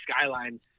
skyline